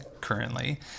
currently